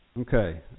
Okay